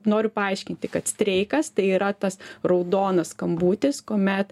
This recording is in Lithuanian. noriu paaiškinti kad streikas tai yra tas raudonas skambutis kuomet